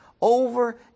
over